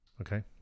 Okay